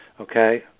okay